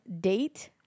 date